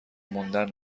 موندن